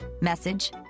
message